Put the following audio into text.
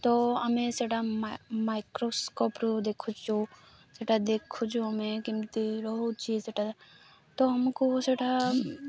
ତ ଆମେ ସେଟା ମାଇକ୍ରୋସ୍କୋପ୍ରୁ ଦେଖୁଛୁ ସେଇଟା ଦେଖୁଛୁ ଆମେ କେମିତି ରହୁଛି ସେଇଟା ତ ଆମକୁ ସେଇଟା